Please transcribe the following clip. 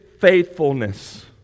faithfulness